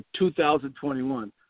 2021